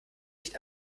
nicht